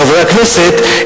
חברי הכנסת,